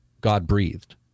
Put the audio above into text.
God-breathed